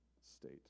state